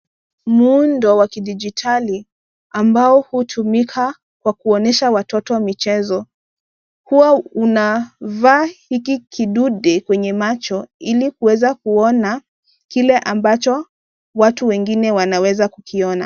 Muundo wa kidijitali ambao hutumika kwa kuonyesha watoto michezo. Huwa unavaa hiki kidude kwenye macho ili kuweza kuona kile ambacho watu wengine wanaweza kukiona.